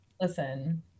Listen